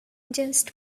just